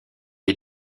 est